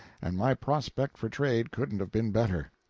and my prospect for trade couldn't have been better.